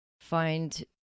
find